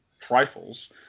trifles